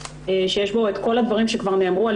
שיש בו את כל הדברים שכבר נאמרו על